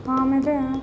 ಆಮೇಲೆ